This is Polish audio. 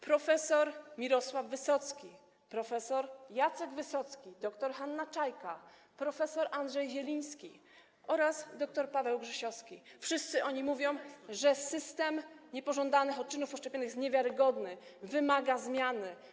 Prof. Mirosław Wysocki, prof. Jacek Wysocki, dr Hanna Czajka, prof. Andrzej Zieliński oraz dr Paweł Grzesiowski, wszyscy oni mówią, że system niepożądanych odczynów poszczepiennych jest niewiarygodny, wymaga zmiany.